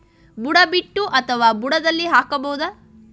ಬುಡ ಬಿಟ್ಟು ಅಥವಾ ಬುಡದಲ್ಲಿ ಹಾಕಬಹುದಾ?